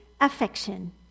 affection